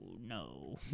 no